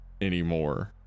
anymore